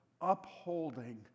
upholding